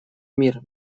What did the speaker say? мир